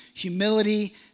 humility